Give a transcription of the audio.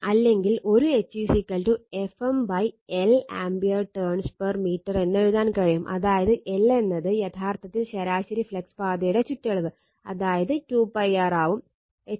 അല്ലെങ്കിൽ ഒരു H Fm l ampere turns per metre എന്ന് എഴുതാൻ കഴിയും അതായത് l എന്നത് യഥാർത്ഥത്തിൽ ശരാശരി ഫ്ലക്സ് പാതയുടെ ചുറ്റളവ് അതായത് 2 π r ആവും